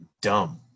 dumb